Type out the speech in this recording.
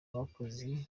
bakoze